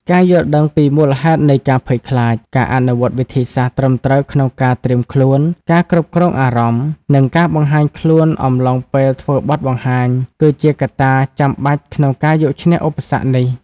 ការយល់ដឹងពីមូលហេតុនៃការភ័យខ្លាច ការអនុវត្តវិធីសាស្ត្រត្រឹមត្រូវក្នុងការត្រៀមខ្លួន ការគ្រប់គ្រងអារម្មណ៍ និងការបង្ហាញខ្លួនអំឡុងពេលធ្វើបទបង្ហាញ គឺជាកត្តាចាំបាច់ក្នុងការយកឈ្នះឧបសគ្គនេះ។